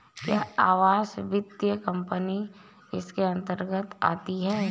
क्या आवास वित्त कंपनी इसके अन्तर्गत आती है?